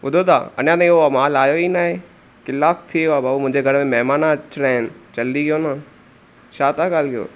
ॿुधो था अञा ताईं उहो मालु आयो ई न आहे कलाकु थी वियो आहे भाऊ मुंहिंजे घर में महिमान अचिणा आहिनि जल्दी कयो न छा था ॻाल्हि कयो